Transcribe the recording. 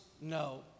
no